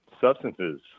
substances